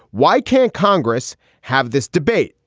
why can't congress have this debate?